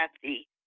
Kathy